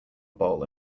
bowl